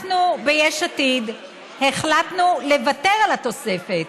אנחנו ביש עתיד החלטנו לוותר על התוספת,